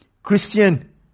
Christian